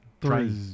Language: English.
Three